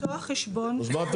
כדי לפתוח חשבון --- אז מה,